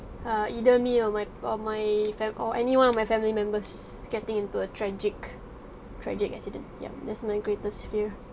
err either me or my or my fam~ or anyone of my family members getting into a tragic tragic accident ya that's my greatest fear